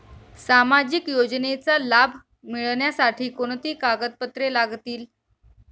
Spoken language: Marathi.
सामाजिक योजनेचा लाभ मिळण्यासाठी कोणती कागदपत्रे लागतील?